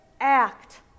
act